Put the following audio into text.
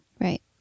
Right